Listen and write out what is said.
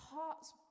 hearts